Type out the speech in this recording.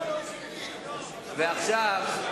עכשיו,